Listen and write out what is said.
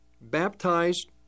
baptized